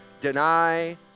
deny